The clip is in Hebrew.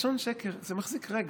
לשון שקר, זה מחזיק רגע.